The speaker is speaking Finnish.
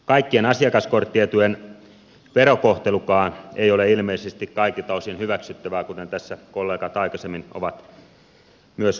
kaikkien asiakaskorttietujen verokohtelukaan ei ole ilmeisesti kaikilta osin hyväksyttävää kuten tässä kollegat aikaisemmin ovat myös huomauttaneet